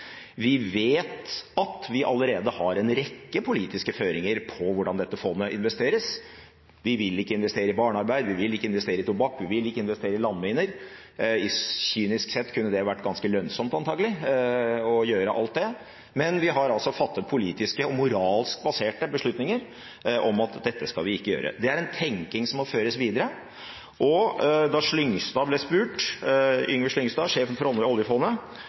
Vi vet at vi allerede har en rekke politiske føringer på hvordan dette fondet investeres – vi vil ikke investere i barnearbeid, vi vil ikke investere i tobakk, vi vil ikke investere i landminer. Kynisk sett kunne det antakelig vært ganske lønnsomt å gjøre alt dette, men vi har altså fattet politiske og moralsk baserte beslutninger om at dette skal vi ikke gjøre. Det er en tenking som må føres videre. Da Yngve Slyngstad, sjefen for oljefondet,